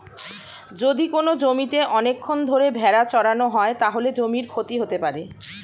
যদি কোনো জমিতে অনেকক্ষণ ধরে ভেড়া চড়ানো হয়, তাহলে জমির ক্ষতি হতে পারে